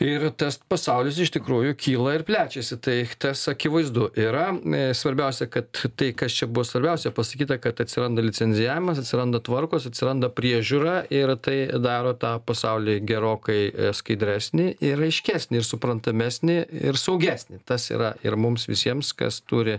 ir tas pasaulis iš tikrųjų kyla ir plečiasi tai tas akivaizdu yra svarbiausia kad tai kas čia buvo svarbiausia pasakyta kad atsiranda licenzijavimas atsiranda tvarkos atsiranda priežiūra ir tai daro tą pasaulį gerokai skaidresnį ir aiškesnį ir suprantamesnį ir saugesnį tas yra ir mums visiems kas turi